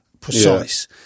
precise